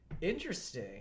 interesting